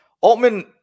Altman